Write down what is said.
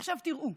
עכשיו, תראו,